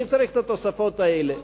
מי צריך את התוספות האלה?